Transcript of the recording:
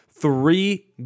Three